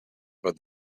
but